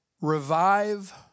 revive